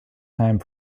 time